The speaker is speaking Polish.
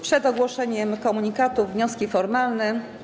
Przed ogłoszeniem komunikatów - wnioski formalne.